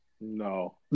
No